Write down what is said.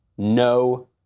No